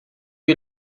est